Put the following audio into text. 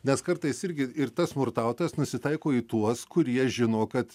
nes kartais irgi ir tas smurtautojas nusitaiko į tuos kurie žino kad